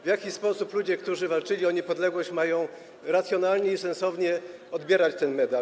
W jaki sposób ludzie, którzy walczyli o niepodległość, mają racjonalnie i sensownie odbierać ten medal?